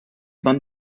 man